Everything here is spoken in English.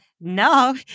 No